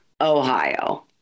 Ohio